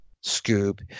scoop